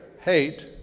Hate